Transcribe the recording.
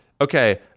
Okay